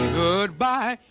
goodbye